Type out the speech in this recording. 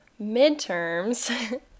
midterms